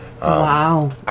Wow